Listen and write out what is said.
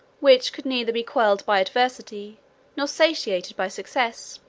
which could neither be quelled by adversity nor satiated by success.